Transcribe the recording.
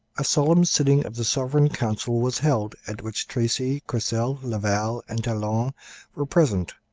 a solemn sitting of the sovereign council was held, at which tracy, courcelle, laval, and talon were present,